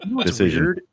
decision